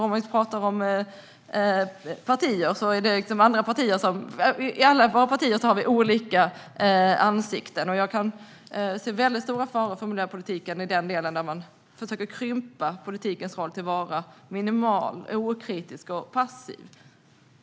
Om vi talar om partier finns det olika sidor inom alla partier. Jag ser stora faror för miljöpolitiken när det gäller de som försöker krympa politikens roll till att vara minimal, okritisk och passiv.